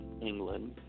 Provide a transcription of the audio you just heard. England